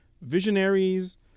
Visionaries